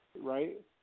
right